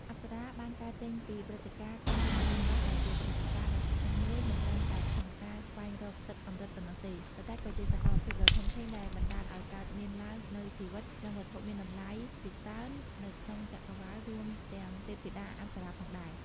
អប្សរាបានកើតចេញពីព្រឹត្តិការណ៍ កូរសមុទ្រទឹកដោះ ដែលជាព្រឹត្តិការណ៍ដ៏សំខាន់មួយមិនត្រឹមតែក្នុងការស្វែងរកទឹកអម្រឹតប៉ុណ្ណោះទេ ប៉ុន្តែក៏ជាសកម្មភាពដ៏ធំធេងដែលបណ្ដាលឲ្យកើតមានឡើងនូវជីវិត និងវត្ថុមានតម្លៃជាច្រើននៅក្នុងចក្រវាឡ រួមទាំងទេពធីតាអប្សរាផងដែរ។